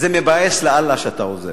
זה מבאס לאללה שאתה עוזב.